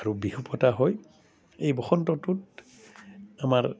আৰু বিহু পতা হয় এই বসন্তটোত আমাৰ